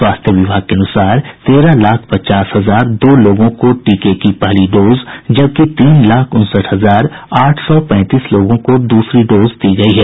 स्वास्थ्य विभाग के अनुसार तेरह लाख पचास हजार दो लोगों को टीके की पहली डोज जबकि तीन लाख उनसठ हजार आठ सौ पैंतीस लोगों को दूसरी डोज दी गयी है